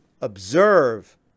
observe